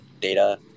data